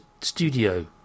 studio